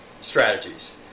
strategies